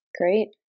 great